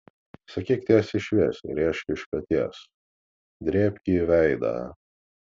sakyk tiesiai šviesiai rėžk iš peties drėbk į veidą